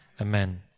Amen